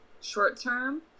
short-term